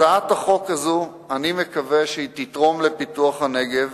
הצעת החוק הזו, אני מקווה שהיא תתרום לפיתוח הנגב